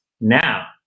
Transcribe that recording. Now